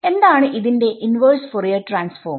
എന്താണ് ന്റെ inverse Fourier transform